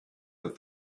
that